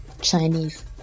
Chinese